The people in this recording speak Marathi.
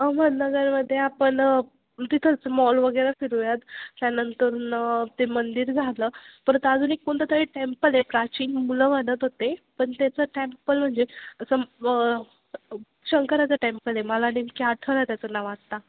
अमदनगरमध्ये आपण तिथंच मॉल वगैरे फिरूयात त्यानंतरून ते मंदिर झालं परत अजून एक कोणतं तरी टेम्पल आहे प्राचीन मुलं म्हणत होते पण त्याचं टेम्पल म्हणजे असं शंकराचं टेम्पल आहे मला नेमकी आठवना त्याचं नाव आत्ता